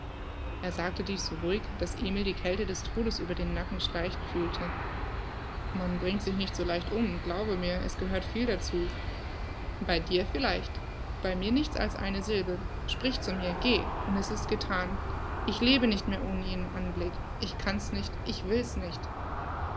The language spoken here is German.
er sagte dieß so ruhig daß emil die kälte des todes über den nacken schleichen fühlte man bringt sich nicht so leicht um glaube mir es gehört viel dazu bei dir vielleicht bei mir nichts als eine silbe sprich zu mir geh und es ist gethan ich lebe nicht mehr ohne ihren anblick ich kann's nicht ich will's nicht